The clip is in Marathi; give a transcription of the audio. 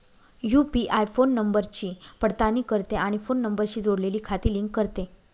यू.पि.आय फोन नंबरची पडताळणी करते आणि फोन नंबरशी जोडलेली खाती लिंक करते